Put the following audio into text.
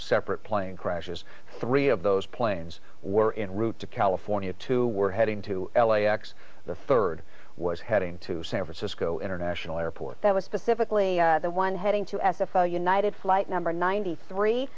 separate plane crashes three of those planes were in route to california two were heading to l a x the third was heading to san francisco international airport that was specifically the one heading to s f o united flight number ninety three